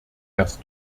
erst